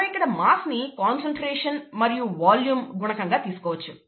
మనం ఇక్కడ మాస్ ని కాన్సన్ట్రేషన్ మరియు వాల్యూమ్ గుణకంగా తీసుకోవచ్చు